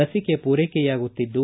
ಲಸಿಕೆ ಪೂರೈಕೆಯಾಗುತ್ತಿದ್ದು